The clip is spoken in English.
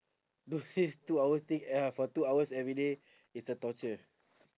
do this two hour thing ya for two hours everyday is a torture